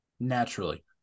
Naturally